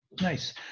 nice